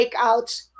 breakouts